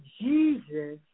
Jesus